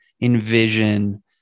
envision